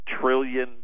trillion